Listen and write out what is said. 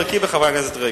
הכנסת,